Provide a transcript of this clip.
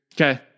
okay